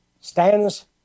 stands